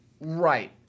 Right